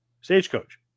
Stagecoach